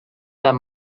that